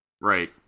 Right